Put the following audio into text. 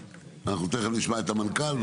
אנחנו תכף נשמע את המנכ"ל.